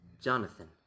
Jonathan